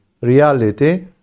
reality